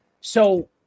So-